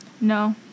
No